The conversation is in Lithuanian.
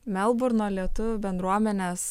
melburno lietuvių bendruomenės